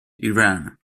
iran